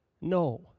no